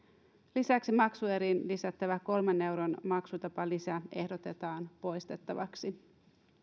lisäksi maksueriin lisättävä kolmen euron maksutapalisä ehdotetaan poistettavaksi